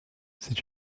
c’est